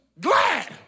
glad